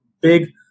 big